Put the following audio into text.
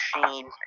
machine